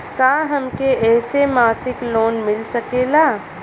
का हमके ऐसे मासिक लोन मिल सकेला?